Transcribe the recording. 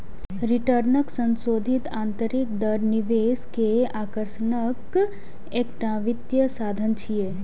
रिटर्नक संशोधित आंतरिक दर निवेश के आकर्षणक एकटा वित्तीय साधन छियै